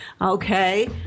okay